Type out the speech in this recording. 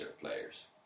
players